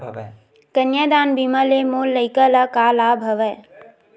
कन्यादान बीमा ले मोर लइका ल का लाभ हवय?